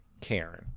Karen